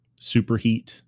superheat